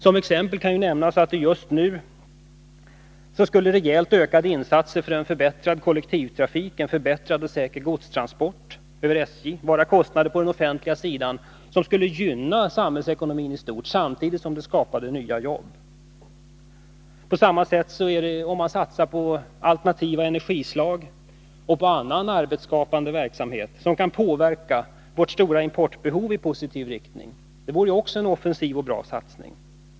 Som exempel kan nämnas att just nu skulle rejält ökade insatser för en förbättrad kollektivtrafik och en förbättrad och säker godstransport över SJ vara kostnader på den offentliga sidan som skulle gynna samhällsekonomin, samtidigt som de skapade nya jobb. På samma sätt är det, om man satsar på alternativa energislag eller annan arbetsskapande verksamhet som kan påverka vårt stora importbehov i positiv riktning. Det vore också en offensiv och bra satsning.